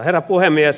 herra puhemies